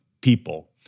people